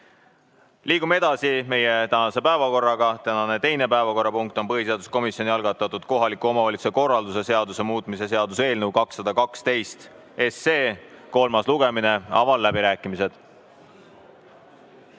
Liigume edasi meie tänase päevakorraga. Tänane teine päevakorrapunkt on põhiseaduskomisjoni algatatud kohaliku omavalitsuse korralduse seaduse muutmise seaduse eelnõu 212 kolmas lugemine. Avan läbirääkimised.